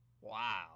wow